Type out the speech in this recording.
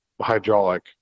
hydraulic